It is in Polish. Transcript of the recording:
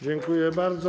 Dziękuję bardzo.